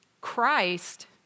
Christ